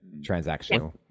transactional